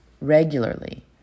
regularly